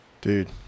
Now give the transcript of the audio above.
Dude